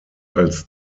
als